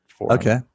Okay